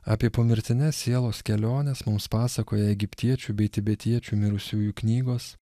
apie pomirtines sielos keliones mums pasakoja egiptiečių bei tibetiečių mirusiųjų knygos